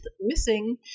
missing